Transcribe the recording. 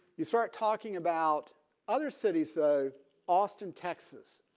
you start talking about other cities so austin texas.